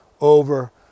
over